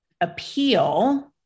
appeal